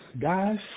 guys